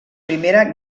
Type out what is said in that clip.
primera